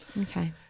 Okay